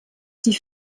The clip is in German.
die